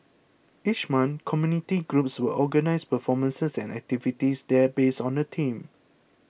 each month community groups will organise performances and activities there based on a theme